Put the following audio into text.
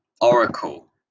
Oracle